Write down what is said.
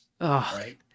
right